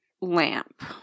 lamp